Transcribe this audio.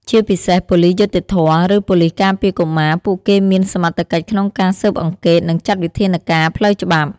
ជាពិសេសប៉ូលិសយុត្តិធម៌ ឬប៉ូលិសការពារកុមារ ពួកគេមានសមត្ថកិច្ចក្នុងការស៊ើបអង្កេត និងចាត់វិធានការផ្លូវច្បាប់។